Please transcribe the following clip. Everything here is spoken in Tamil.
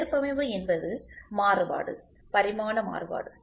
ஏற்பமைவு என்பது மாறுபாடு பரிமாண மாறுபாடு